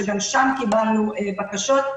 שגם שם קיבלנו בקשות,